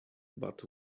but